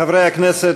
חברי הכנסת,